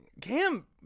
Cam